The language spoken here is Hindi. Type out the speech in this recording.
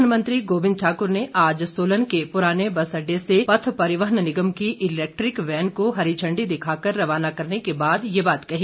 परिवहन मंत्री गोबिंद ठाक्र ने आज सोलन के पुराने बस अडडे से पथ परिवहन निगम की इलैक्ट्रिक वैन को हरी झण्डी दिखाकर रवाना करने के बाद ये बात कही